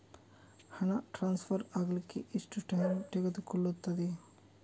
ಹಣ ಟ್ರಾನ್ಸ್ಫರ್ ಅಗ್ಲಿಕ್ಕೆ ಎಷ್ಟು ಟೈಮ್ ತೆಗೆದುಕೊಳ್ಳುತ್ತದೆ?